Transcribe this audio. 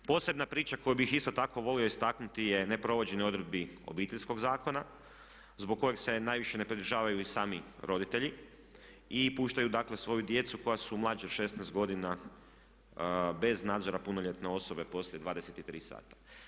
Posebna priča koju bih isto tako volio istaknuti je ne provođenje odredbi obiteljskog zakona zbog kojeg se najviše ne pridržavaju i sami roditelji i puštaju, dakle svoju djecu koja su mlađa od 16 godina bez nadzora punoljetne osobe poslije 23 sata.